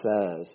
says